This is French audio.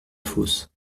fosse